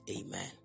Amen